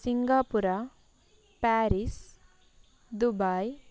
Singapore Paris Dubai